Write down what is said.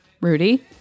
Rudy